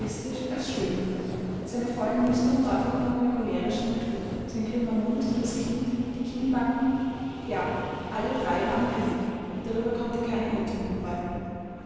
als schön war seine vollen nüstern deuteten auf eine cholerische natur sein grimmer mund das kinn die kinnbacken ja alle drei waren grimmig darüber konnte kein irrtum obwalten